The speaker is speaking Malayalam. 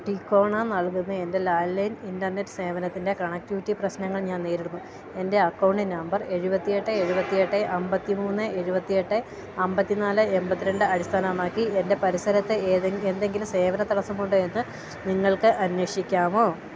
ടികോണ നൽകുന്ന എൻ്റെ ലാൻഡ് ലൈൻ ഇൻറ്റർനെറ്റ് സേവനത്തിൻ്റെ കണക്റ്റിവിറ്റി പ്രശ്നങ്ങൾ ഞാൻ നേരിടുന്നു എൻ്റെ അക്കൗണ്ട് നമ്പർ എഴുപത്തിയെട്ട് എഴുപത്തിയെട്ട് അമ്പത്തി മൂന്ന് എഴുപത്തിയെട്ട് അൻപത്തി നാല് എൺപത്തി രണ്ട് അടിസ്ഥാനമാക്കി എൻ്റെ പരിസരത്ത് ഏതെങ്ക് എന്തെങ്കിലും സേവന തടസ്സമുണ്ടോ എന്ന് നിങ്ങൾക്ക് അന്വേഷിക്കാമോ